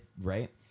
right